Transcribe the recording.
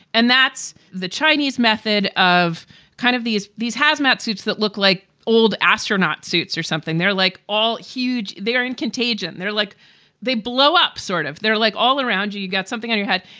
and that's the chinese method of kind of these these hazmat suits that look like old astronaut suits or something. they're like all huge. they are in contagion. they're like they blow up sort of. they're like all around you. you got something on your head.